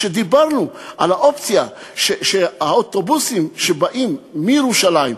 כשדיברנו על האופציה שהאוטובוסים שבאים מירושלים,